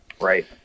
Right